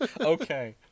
Okay